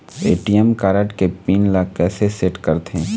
ATM card के pin ला कैसे सेट करथे?